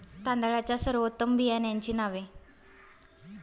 तांदळाच्या सर्वोत्तम बियाण्यांची नावे?